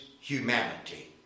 humanity